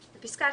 חודשים.